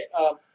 Okay